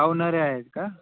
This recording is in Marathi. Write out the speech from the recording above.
पावणाऱ्या आहेत का